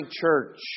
church